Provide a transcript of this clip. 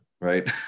right